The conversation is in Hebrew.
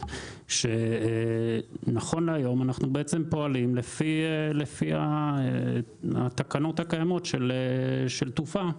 שמאפשר לנו לפעול לפי התקנות הקיימות של תעופה.